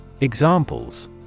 Examples